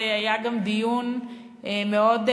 היה גם דיון מאוד,